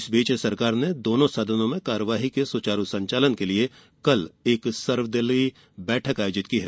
इस बीच सरकार ने दोनों सदनों में कार्यवाही के सुचारू संचालन के लिए कल एक सर्वदलीय बैठक आयोजित की है